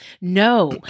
no